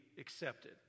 accepted